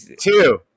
two